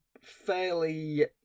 fairly